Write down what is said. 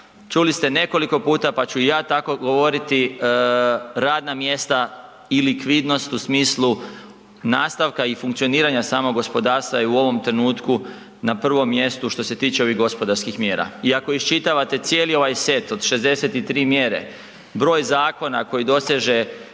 čuli ste nekoliko puta pa ću i ja tako govoriti, radna mjesta i likvidnost u smislu nastavka i funkcioniranja samog gospodarstva je u ovom trenutku na prvom mjestu što se tiče ovih gospodarskih mjera. I ako iščitavate cijeli ovaj set od 63 mjere broj zakona koji doseže